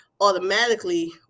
automatically